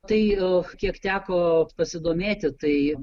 tai kiek teko pasidomėti tai